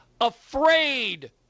afraid